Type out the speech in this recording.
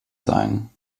sein